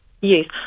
Yes